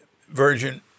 version